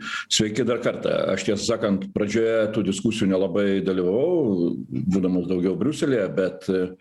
sveiki dar kartą aš tiesą sakant pradžioje tų diskusijų nelabai dalyvavau būdamas daugiau briuselyje bet